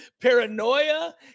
paranoia